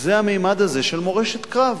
זה הממד הזה של מורשת קרב.